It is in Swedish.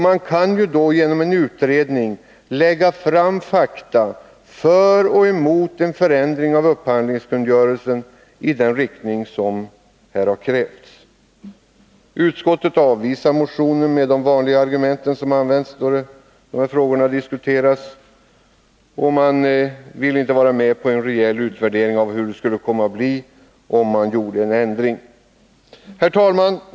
Man kan då genom en utredning lägga fram fakta för och emot en förändring av upphandlingskungörelsen i den riktning som här har krävts. Utskottet avvisar motionen med de vanliga argumenten som används när dessa frågor diskuteras. Man vill inte vara med på en rejäl utvärdering av hur det skulle kunna bli om man gjorde en ändring. Herr talman!